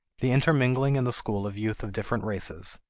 the intermingling in the school of youth of different races,